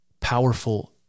powerful